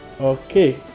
Okay